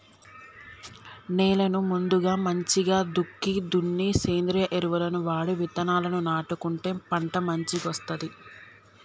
నేలను ముందుగా మంచిగ దుక్కి దున్ని సేంద్రియ ఎరువులను వాడి విత్తనాలను నాటుకుంటే పంట మంచిగొస్తది